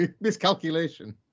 miscalculation